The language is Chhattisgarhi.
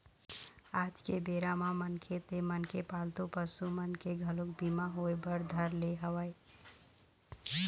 आज के बेरा म मनखे ते मनखे पालतू पसु मन के घलोक बीमा होय बर धर ले हवय